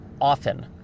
often